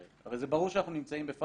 הרי זה ברור שאנחנו בפאול,